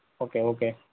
okay okay